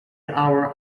our